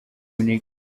minute